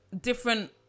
different